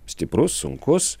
stiprus sunkus